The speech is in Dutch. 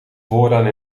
vooraan